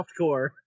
softcore